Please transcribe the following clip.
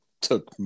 took